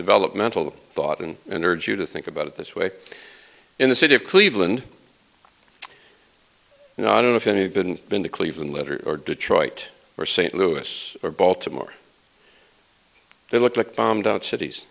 developmental thought and an urge you to think about it this way in the city of cleveland and i don't know if any been been to cleveland letter or detroit or st louis or baltimore they look like bombed out cities